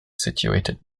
situated